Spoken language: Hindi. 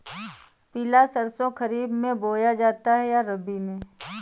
पिला सरसो खरीफ में बोया जाता है या रबी में?